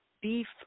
beef